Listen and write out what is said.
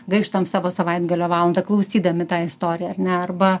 gaištam savo savaitgalio valandą klausydami tą istoriją ar ne arba